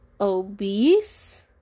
obese